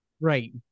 Right